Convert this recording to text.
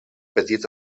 petit